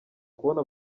kubona